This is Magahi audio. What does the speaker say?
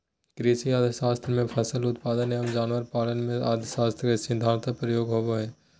कृषि अर्थशास्त्र में फसल उत्पादन एवं जानवर पालन में अर्थशास्त्र के सिद्धान्त प्रयोग होबो हइ